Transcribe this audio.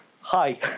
hi